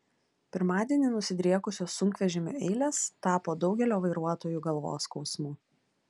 pirmadienį nusidriekusios sunkvežimių eilės tapo daugelio vairuotojų galvos skausmu